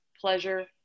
pleasure